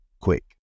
quick